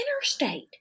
interstate